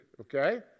okay